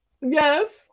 Yes